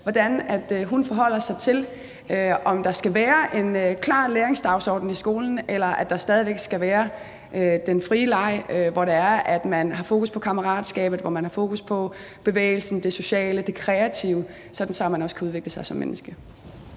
hvordan hun forholder sig til, om der skal være en klar læringsdagsorden i skolen, eller om der stadig væk skal være den frie leg, hvor det er, at man har fokus på kammeratskabet, hvor man har fokus på bevægelsen, det sociale, det kreative, sådan at børnene også kan udvikle sig som mennesker.